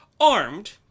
armed